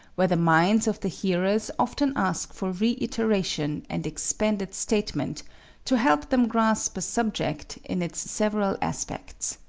where the minds of the hearers often ask for reiteration and expanded statement to help them grasp a subject in its several aspects.